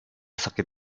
sakit